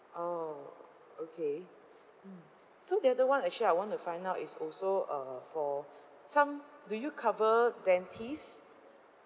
orh ok~ okay mm so the other one actually I want to find out is also uh for some do you cover dentist